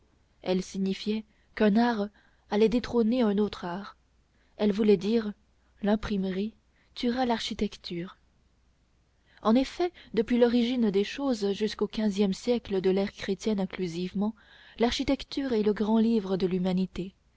elle signifiait qu'un art allait détrôner un autre art elle voulait dire l'imprimerie tuera l'architecture en effet depuis l'origine des choses jusqu'au quinzième siècle de l'ère chrétienne inclusivement l'architecture est le grand livre de l'humanité